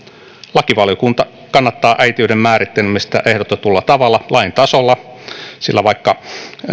lakivaliokunta kannattaa äitiyden määrittelemistä ehdotetulla tavalla lain tasolla sillä vaikka